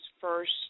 first